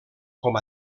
com